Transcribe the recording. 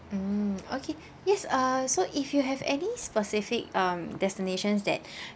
mm okay yes uh so if you have any specific um destinations that